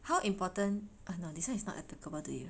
how important uh no this one is not applicable to you